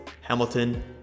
hamilton